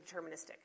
deterministic